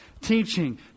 Teaching